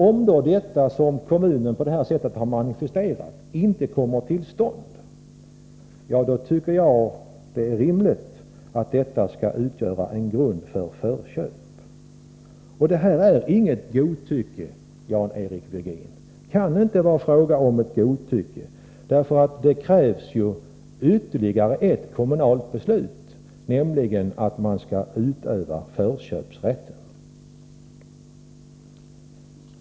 Om den vilja som kommunen på det sättet har manifesterat inte förverkligas tycker jag det är rimligt att detta utgör grund för förköp. Det är inget godtycke, Jan-Eric Virgin. Det kan inte vara fråga om ett godtycke — det krävs ju ytterligare ett kommunalt beslut, nämligen att man skall utöva förköpsrätten.